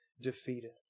defeated